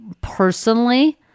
personally